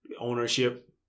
ownership